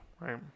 right